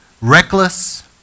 reckless